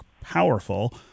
powerful